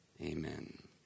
Amen